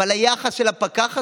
היחס של הפקח הזה.